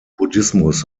buddhismus